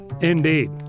Indeed